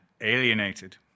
alienated